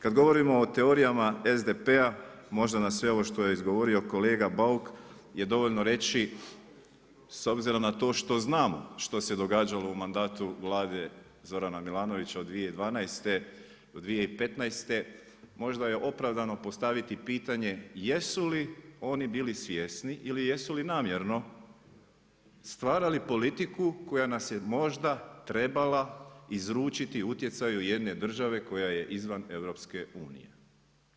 Kad govorimo o teorijama SDP-a, možda nas sve ovo što je govorio Bauk je dovoljno reći s obzirom na to što znamo, što se događalo u mandatu Vlade Zorana Milanovića od 2012. do 2015.. možda je opravdano postaviti pitanje jesu li oni bili svjesni ili jesu li namjerno stvarali politiku koja nas je možda trebala izručiti utjecaju jedne države koja je izvan EU-a?